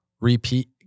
repeat